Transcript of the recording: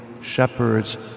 shepherds